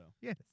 Yes